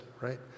right